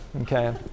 okay